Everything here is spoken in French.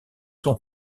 son